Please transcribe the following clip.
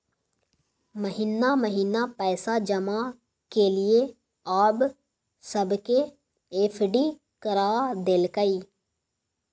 महिना महिना पैसा जमा केलियै आब सबके एफ.डी करा देलकै